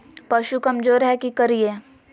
पशु कमज़ोर है कि करिये?